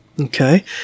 Okay